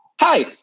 Hi